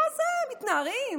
ואז מתנערים,